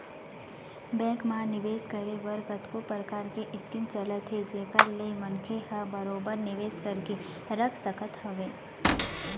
bank म निवेस करे बर कतको परकार के स्कीम चलत हे जेखर ले मनखे ह बरोबर निवेश करके रख सकत हवय